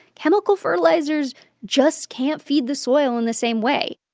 chemical fertilizers just can't feed the soil in the same way.